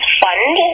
fund